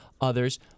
others